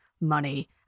money